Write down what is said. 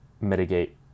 mitigate